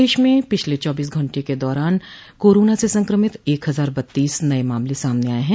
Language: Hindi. प्रदेश में पिछले चौबीस घंटे के दौरान कोरोना से संक्रमित एक हज़ार बत्तीस नये मामले आये हैं